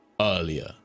earlier